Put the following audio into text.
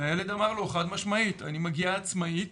והילד אמר לו חד משמעית: אני מגיע עצמאית.